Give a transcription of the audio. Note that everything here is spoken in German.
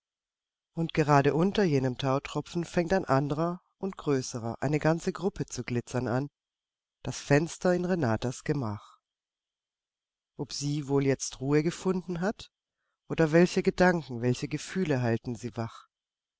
und gerade unter jenem tautropfen fängt ein anderer und größerer eine ganze gruppe zu glitzern an das fenster in renatas gemach ob sie wohl jetzt ruhe gefunden hat oder welche gedanken welche gefühle halten sie wach